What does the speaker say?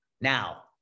Now